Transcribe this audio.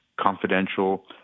confidential